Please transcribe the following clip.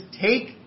take